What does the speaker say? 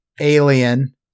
Alien